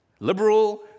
Liberal